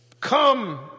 come